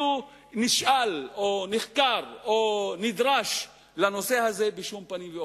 נשאל או נחקר או נדרש לנושא הזה, בשום פנים ואופן.